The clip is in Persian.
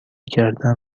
کردن